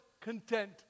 content